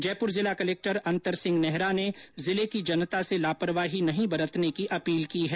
जयपुर जिला कलक्टर अंतर सिंह नेहरा ने जिले की जनता से लापरवाही नहीं बरतने की अपील की है